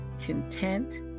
content